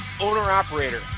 owner-operator